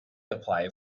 apply